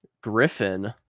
Griffin